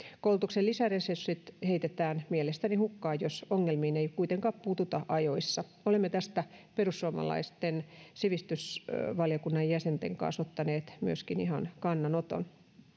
koulutuksen lisäresurssit heitetään mielestäni hukkaan jos ongelmiin ei kuitenkaan puututa ajoissa olemme tästä perussuomalaisten sivistysvaliokunnan jäsenten kanssa ottaneet myöskin ihan kannanoton